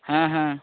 হ্যাঁ হ্যাঁ